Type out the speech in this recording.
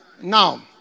Now